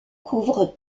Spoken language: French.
couvrent